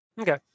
Okay